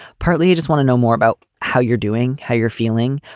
partly, i just want to know more about how you're doing, how you're feeling.